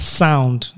sound